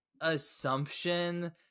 assumption